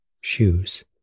shoes